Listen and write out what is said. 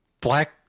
black